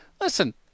Listen